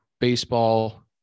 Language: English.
baseball